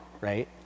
right